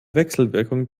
wechselwirkung